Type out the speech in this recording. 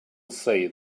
say